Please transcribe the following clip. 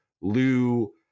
Lou